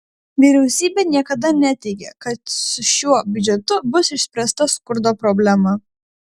vyriausybė niekada neteigė kad su šiuo biudžetu bus išspręsta skurdo problema